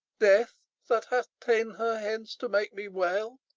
death, that hath ta'en her hence to make me wail,